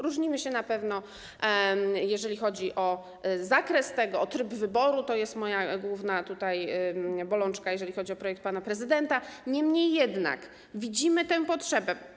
Różnimy się na pewno, jeżeli chodzi o zakres tego, o tryb wyboru - to jest moja główna bolączka odnośnie do projektu pana prezydenta - niemniej jednak widzimy tę potrzebę.